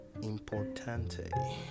importante